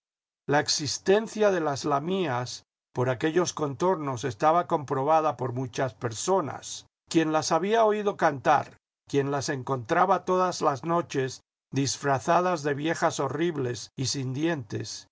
la existencia de las lamias por aquellos contornos estaba comprobada por muchas personas quién las había oído cantar quién las encontraba todas las noches disfrazadas de viejas horribles y sin dientes